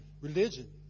religion